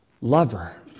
lover